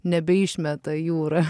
nebeišmeta jūra